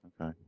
Okay